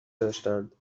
داشتند